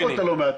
45% אתה לא מאתר.